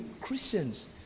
Christians